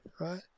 right